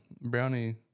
Brownie